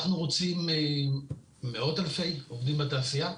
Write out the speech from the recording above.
אנחנו רוצים מאות אלפי עובדים בתעשייה,